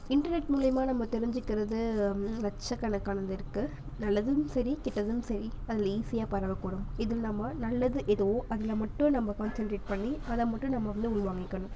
internet மூலியமா நம்ம தெரிஞ்சிக்கிறது அதில் வந்து லட்சக்கணக்கானது இருக்குது நல்லதிலும் சரி கெட்டதிலும் சரி அதில் ஈஸியாக பரவ கூடும் இதில் மொதல் நல்லது ஏதோ அதில் மட்டும் நம்ப கான்சென்ட்ரேட் பண்ணி அதை மட்டும் நம்ம வந்து உள்வாங்கிக்கணும்